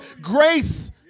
Grace